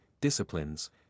disciplines